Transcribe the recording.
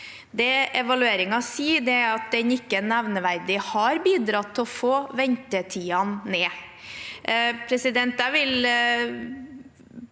evalueringen sier, er at den ikke nevneverdig har bidratt til å få ventetidene ned.